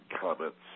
comments